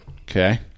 Okay